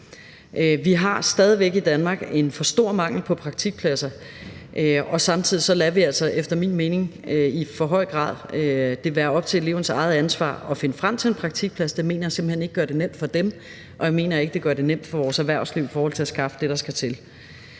Vi har stadig væk i Danmark en for stor mangel på praktikpladser, og samtidig lader vi det altså efter min mening i for høj grad være op til elevens eget ansvar at finde frem til en praktikplads – det mener jeg simpelt hen ikke gør det nemt for dem, og jeg mener ikke, det gør det nemt for vores erhvervsliv i forhold til at skaffe det, der skal til.